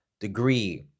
degree